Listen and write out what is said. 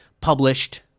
published